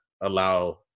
allow